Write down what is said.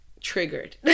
triggered